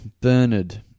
Bernard